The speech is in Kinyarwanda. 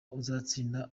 uzatsinda